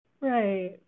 Right